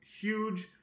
huge